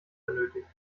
benötigt